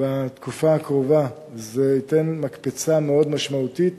בתקופה הקרובה זה ייתן מקפצה מאוד משמעותית